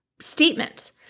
statement